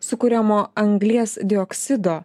sukuriamo anglies dioksido